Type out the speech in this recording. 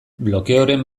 blokeoren